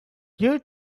you